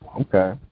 Okay